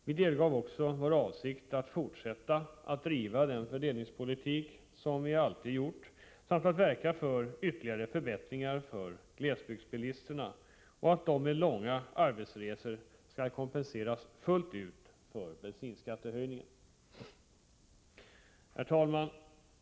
Vi delgav också vår avsikt att fortsätta att driva den fördelningspolitik som vi alltid gjort samt att verka för ytterligare förbättringar för glesbygdsbilisterna och för att de som har långa arbetsresor skall kompenseras fullt ut för bensinskattehöjningen. Herr talman!